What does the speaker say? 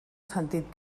sentit